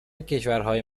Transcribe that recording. کشورهای